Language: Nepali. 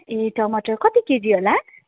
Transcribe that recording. ए टमाटर कति केजी होला